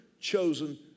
chosen